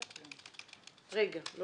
אני